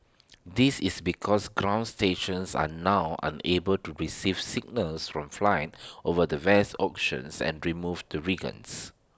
this is because ground stations are now unable to receive signals from flights over the vast oceans and remove the regions